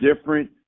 different